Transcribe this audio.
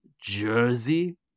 Jersey